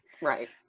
Right